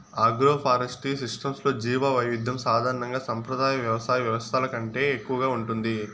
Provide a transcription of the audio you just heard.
agroforestry సిస్టమ్స్లో జీవవైవిధ్యం సాధారణంగా సంప్రదాయ వ్యవసాయ వ్యవస్థల కంటే ఎక్కువగా ఉంటుంది